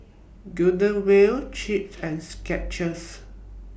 Golden Wheel Chaps and Skechers